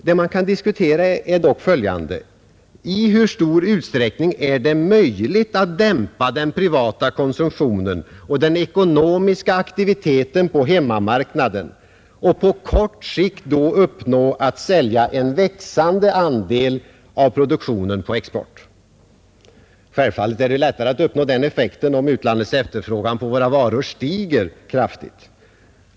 Det kan emellertid diskuteras i hur stor utsträckning det är möjligt att dämpa den privata konsumtionen och den ekonomiska aktiviteten på hemmamarknaden och på kort sikt uppnå målsättningen att sälja en växande andel av produktionen på export. Självfallet är det lättare att uppnå den effekten om utlandets efterfrågan på våra varor stiger kraftigt.